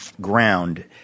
ground